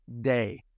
day